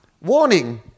Warning